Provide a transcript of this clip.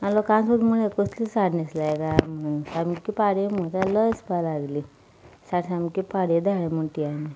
लोकांनी सुद्दां म्हणलें कसल्यो साडी न्हेसल्यात काय म्हूण सामक्यो पाड म्हूण सामकी लज दिसपाक लागली साडी सामकी पाड धाडल्या म्हूण ती ताणी